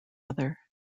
other